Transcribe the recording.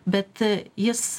bet jis